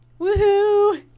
Woohoo